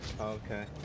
Okay